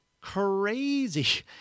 crazy